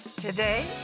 today